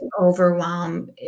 overwhelm